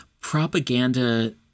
propaganda